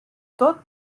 tot